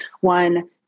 One